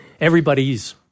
everybody's